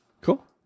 Cool